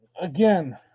again